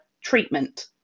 treatment